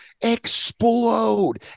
explode